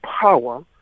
power